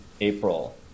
April